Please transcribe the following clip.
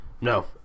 No